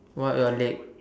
what your leg